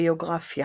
ביוגרפיה